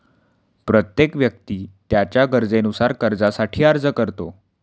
प्रत्येक व्यक्ती त्याच्या गरजेनुसार कर्जासाठी अर्ज करतो